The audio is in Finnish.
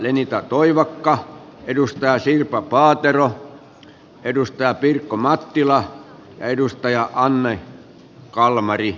lenita toivakka sirpa paatero pirkko mattila edustaja anne kalmari